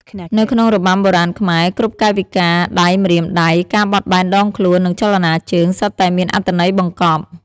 នៅក្នុងរបាំបុរាណខ្មែរ គ្រប់កាយវិការដៃ ម្រាមដៃ ការបត់បែនដងខ្លួន និងចលនាជើង សុទ្ធតែមានអត្ថន័យបង្កប់។